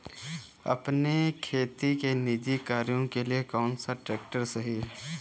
अपने खेती के निजी कार्यों के लिए कौन सा ट्रैक्टर सही है?